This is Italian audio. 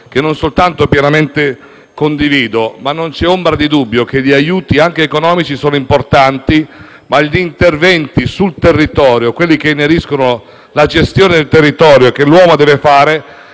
che non soltanto pienamente condivido, ma non vi è ombra di dubbio che gli aiuti, anche economici, sono importanti, ma gli interventi sul territorio, quelli che ineriscono la gestione del territorio che l'uomo deve fare,